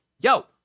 yo